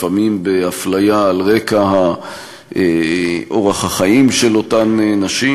לפעמים אפליה על רקע אורח החיים של אותן הנשים.